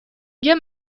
dégâts